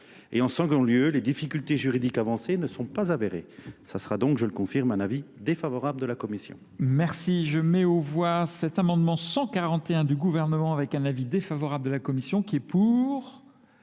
Et en second lieu, les difficultés juridiques avancées ne sont pas avérées. Ça sera donc, je le confirme, un avis défavorable de la Commission. Merci. Merci. Je mets au voie cet amendement 141 du gouvernement avec un avis défavorable de la Commission, qui est pour,